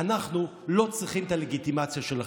אנחנו לא צריכים את הלגיטימציה שלכם.